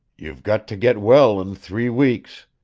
you've got to get well in three weeks.